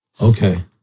Okay